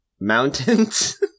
Mountains